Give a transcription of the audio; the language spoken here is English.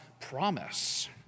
promise